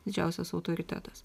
didžiausias autoritetas